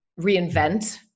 reinvent